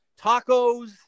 Tacos